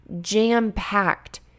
jam-packed